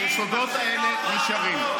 היסודות האלה נשארים,